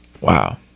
Wow